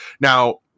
now